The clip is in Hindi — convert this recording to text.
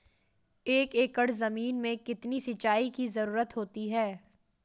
एक एकड़ ज़मीन में कितनी सिंचाई की ज़रुरत होती है?